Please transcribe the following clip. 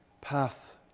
path